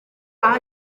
aho